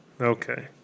Okay